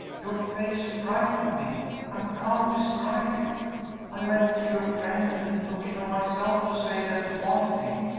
your face frightened me i can't describe it i went to your friend and took it on myself to say that you wanted him.